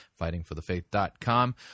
fightingforthefaith.com